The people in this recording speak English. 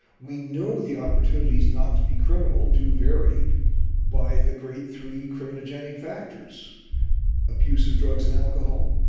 we know the opportunities not to be criminal do very by the great three criminogenic factors abuse of drugs and alcohol,